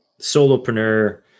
solopreneur